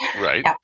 right